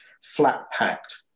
flat-packed